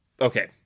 Okay